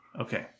Okay